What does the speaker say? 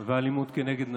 ואלימות כנגד נשים.